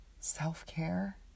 self-care